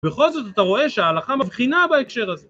בכל זאת אתה רואה שההלכה מבחינה בהקשר הזה